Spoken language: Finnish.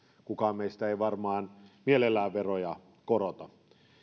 kukaan meistä ei varmaan mielellään veroja korota